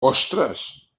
ostres